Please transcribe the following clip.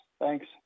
Thanks